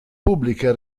pubblica